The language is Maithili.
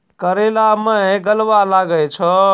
करेला मैं गलवा लागे छ?